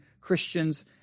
Christians